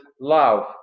love